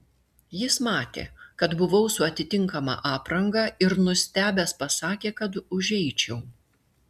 jis matė kad buvau su atitinkama apranga ir nustebęs pasakė kad užeičiau